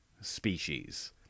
species